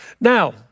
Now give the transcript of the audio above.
Now